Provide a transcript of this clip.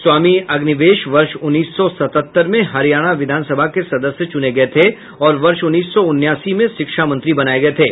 स्वामी अग्निवेश वर्ष उन्नीस सौ सतहत्तर में हरियाणा विधानसभा के सदस्य चुने गए थे और वर्ष उन्नीस सौ उनासी में शिक्षामंत्री बनाए गए थे